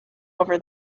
over